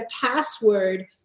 password